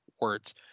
words